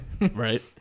Right